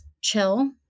chill